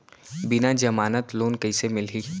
बिना जमानत लोन कइसे मिलही?